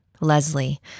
Leslie